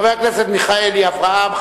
חבר הכנסת אברהם מיכאלי,